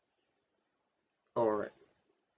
alright